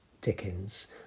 dickens